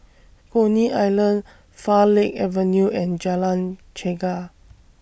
Coney Island Farleigh Avenue and Jalan Chegar